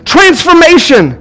transformation